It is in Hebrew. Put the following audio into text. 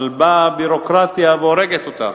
אבל באה הביורוקרטיה והורגת אותה.